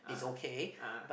ah ah